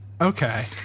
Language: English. Okay